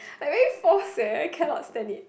like very forced eh I cannot stand it